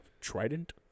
Trident